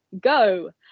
go